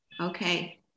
Okay